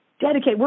dedicate